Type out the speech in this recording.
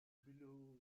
below